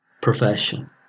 profession